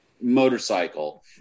motorcycle